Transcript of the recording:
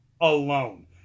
alone